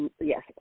Yes